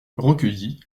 recueilli